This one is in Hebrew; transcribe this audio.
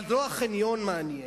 אבל לא החניון מעניין.